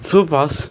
so fast